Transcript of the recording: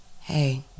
hey